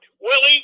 Willie